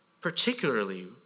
particularly